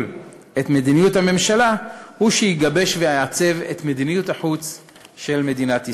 את מדיניות הממשלה הוא שיגבש ויעצב את מדיניות החוץ של מדינת ישראל.